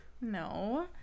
no